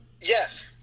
Yes